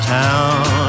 town